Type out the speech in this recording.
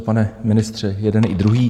Pane ministře jeden i druhý.